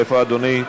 איפה אדוני?